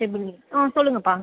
triple E ஆ சொல்லுங்கப்பா